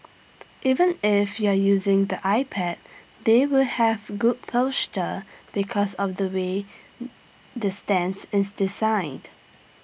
even if you're using the iPad they will have good posture because of the way the stands is designed